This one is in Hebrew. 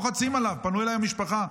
במשפחה לוחצים עליו, פנו אליי המשפחה,